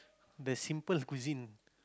the simplest cuisine